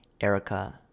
Erica